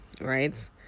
right